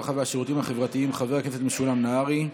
הרווחה והשירותים החברתיים חבר הכנסת משולם נהרי.